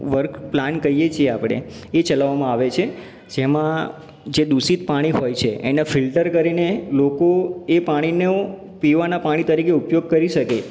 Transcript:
work plant કહીએ છીએ આપણે એ ચલાવવામાં આવે છે જેમાં જે દૂષિત પાણી હોય છે એને ફિલ્ટર કરીને લોકો એ પાણીનો પીવાનાં પાણી તરીકે ઉપયોગ કરી શકે